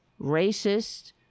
racist